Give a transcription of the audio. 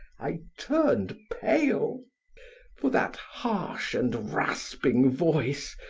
i turned pale for that harsh and rasping voice,